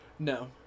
No